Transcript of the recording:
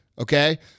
Okay